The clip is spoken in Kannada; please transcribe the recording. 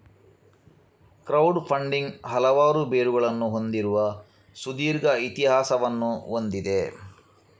ಕ್ರೌಡ್ ಫಂಡಿಂಗ್ ಹಲವಾರು ಬೇರುಗಳನ್ನು ಹೊಂದಿರುವ ಸುದೀರ್ಘ ಇತಿಹಾಸವನ್ನು ಹೊಂದಿದೆ